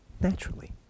Naturally